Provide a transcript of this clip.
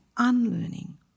unlearning